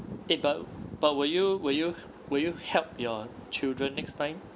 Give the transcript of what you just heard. eh but but will you will you will you help your children next time